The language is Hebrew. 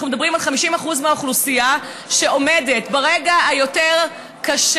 אנחנו מדברים על 50% מהאוכלוסייה שעומדת ברגע היותר-קשה,